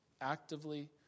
actively